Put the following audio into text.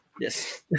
Yes